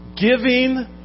giving